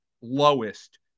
lowest